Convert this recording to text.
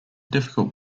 difficult